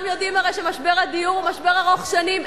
הרי כולם יודעים שמשבר הדיור הוא משבר ארוך שנים.